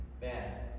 man